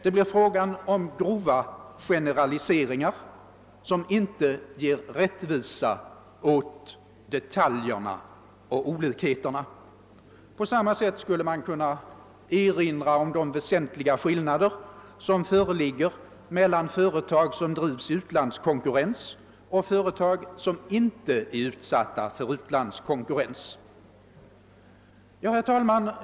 Det blir fråga om grova generaliseringar, som inte ger rättvisa åt detaljerna och olikheterna. På samma sätt skulle man kunna erinra om de väsentliga skillnader som föreligger mellan företag, som drivs i utlandskonkurrens, och företag, som inte är utsatta för utlandskonkurrens. Herr talman!